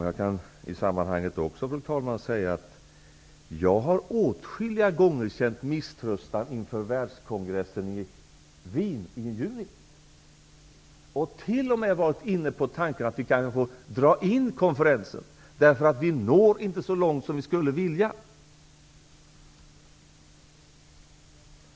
Jag kan också, fru talman, säga att jag åtskilliga gånger har känt misströstan inför världskongressen i Wien i juni och t.o.m. varit inne på tanken att vi kanske får ställa in den, eftersom vi inte når så långt som vi skulle vilja.